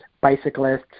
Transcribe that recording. bicyclists